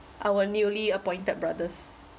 our newly appointed brothers